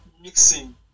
mixing